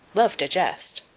loved a jest.